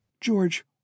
George